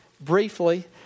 briefly